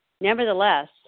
Nevertheless